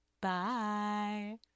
Bye